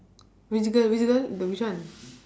which girl which girl the which one